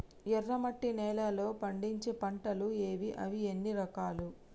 ఎర్రమట్టి నేలలో పండించే పంటలు ఏవి? అవి ఎన్ని రకాలు?